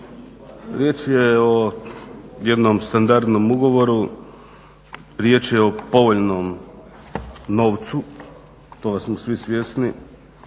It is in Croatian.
riječ je o jednom standardnom ugovoru, riječ je o povoljnom novcu, toga smo svi svjesni.